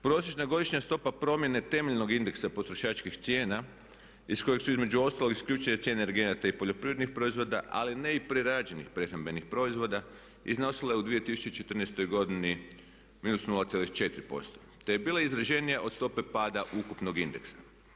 Prosječna godišnja stopa promjene temeljnog indeksa potrošačkih cijena iz kojeg su između ostalog isključene cijene energenata i poljoprivrednih proizvoda, ali ne i prerađenih prehrambenih proizvoda iznosila je u 2014. godini -0.4% te je bila izraženija od stope pada ukupnog indeksa.